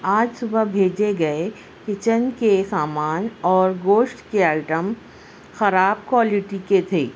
آج صبح بھیجے گئے کچن کے سامان اور گوشت کے آئٹم خراب کوالٹی کے تھے